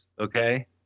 okay